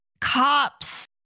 cops